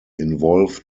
involve